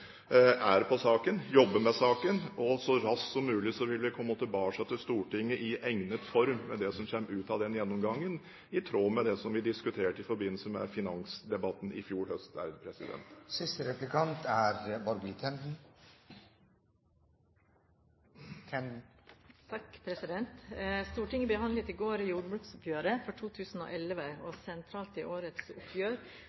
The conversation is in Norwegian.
er på saken, jobber med saken, og så vil vi så raskt som mulig komme tilbake til Stortinget i egnet form med det som kommer ut av den gjennomgangen, i tråd med det som vi diskuterte i forbindelse med finansdebatten i fjor høst. Stortinget behandlet i går jordbruksoppgjøret for 2011. Sentralt i årets oppgjør er